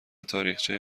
تاریخچه